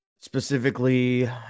specifically